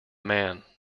man